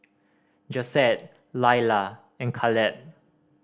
Josette Lailah and Kaleb